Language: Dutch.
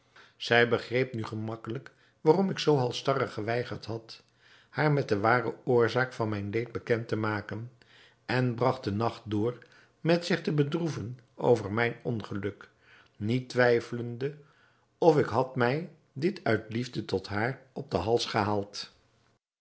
zij begreep nu gemakkelijk waarom ik zoo halstarrig geweigerd had haar met de ware oorzaak van mijn leed bekend te maken en bragt den nacht door met zich te bedroeven over mijn ongeluk niet twijfelende of ik had mij dit uit liefde tot haar op den hals gehaald